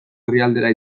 herrialdera